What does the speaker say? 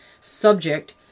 subject